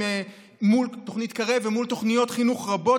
מול תוכנית קרב ומול תוכניות חינוך רבות,